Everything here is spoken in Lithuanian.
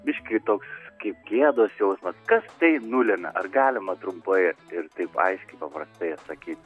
biškį toks kaip gėdos jausmas kas tai nulemia ar galima trumpai ir taip aiškiai paprastai atsakyt